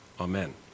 amen